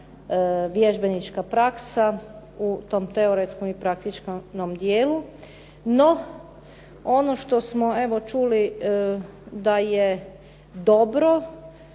vježbenička praksa u tom teoretskom i praktičnom dijelu. No, ono što smo evo čuli da je dobro